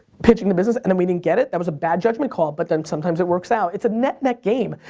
pitching the business, and then we didn't get it? that was a bad judgement call, but then sometimes it works out. it's a net net game.